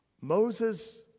Moses